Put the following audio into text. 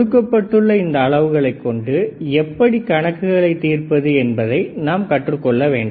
கொடுக்கப்பட்டுள்ள இந்த அளவுகளை கொண்டு எப்படி கணக்குகளை தீர்ப்பது என்பதை நாம் கற்றுக்கொள்ள வேண்டும்